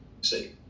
See